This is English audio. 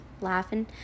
laughing